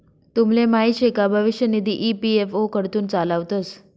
तुमले माहीत शे का भविष्य निधी ई.पी.एफ.ओ कडथून चालावतंस